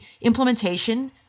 implementation